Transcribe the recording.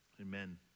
Amen